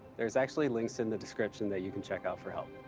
there's actually links in the description that you can check out for help.